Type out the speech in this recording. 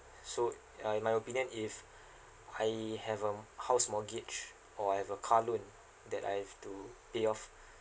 so uh in my opinion if I have a house mortgage or I have a car loan that I have to to pay off